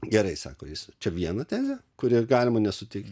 gerai sako jis čia viena tezė kuria galima nesutikti